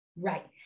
Right